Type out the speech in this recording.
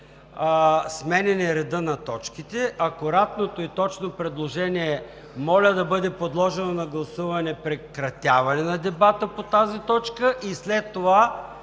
смяна реда на точките. Акуратното и точно предложение е: моля да бъде подложено на гласуване прекратяване на дебата по тази точка и след това